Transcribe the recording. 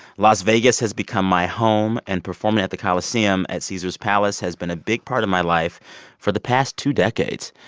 las vegas has become my home. and performing at the coliseum at caesars palace has been a big part of my life for the past two decades.